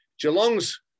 Geelong's